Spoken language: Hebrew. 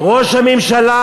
ראש הממשלה,